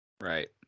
right